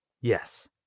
Yes